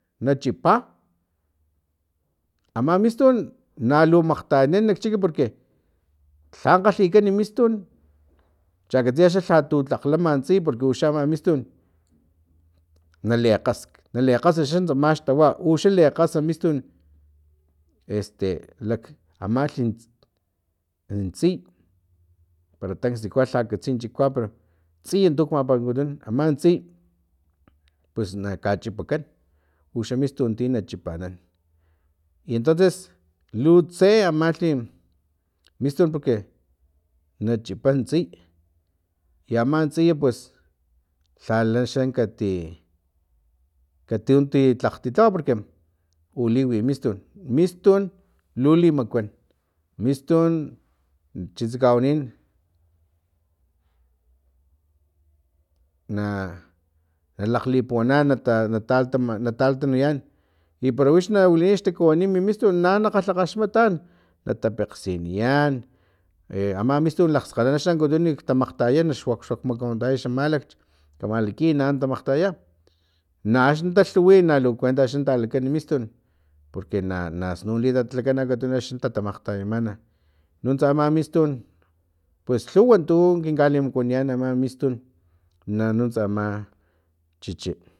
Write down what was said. Na chipa ama mistun nalu makgtayanan nak chik porque lha kgalhikan mistun chakatsiya xa lhatu tlak lama tsiy porque uxa ama mistun nalikgas lekgas xan tsama xtawa uxa lekgasa mistun este lak amalhi ntsiy para tansi kualh lha katsi chikua pero tsiy tuk mapakuwikutun aman tsiy pues na kachipakan uxa mistun ti tachipanan i entonces lutse amalhi mistun porque na chipan tsiy i aman tsiy pues lhala xa kati kati unti tlawa porque uliwi mistun mistun lu limakuan mistun chitsa kawanin na nalakglipuwana natala natalatanuya i pero wix na wiliy xtakuwini mi mistun na nakgalhakgaxmatan nata pekgsiniyan e ama mistun lakgskgalala axni xa na ankutun makgtayanan na suak suak makawantaya xa malakch ka malakin naan makgtayayan na axni talhuwi nalu kuenta talakan mistun porque na na snun li tatatlakan axni tatamakgtayamana nuntsa ama mistun pus lhuwan tu kin kalimakuaniyan ama mistun nanuntsa ama chichi